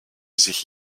sich